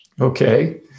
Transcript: Okay